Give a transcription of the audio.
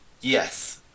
Yes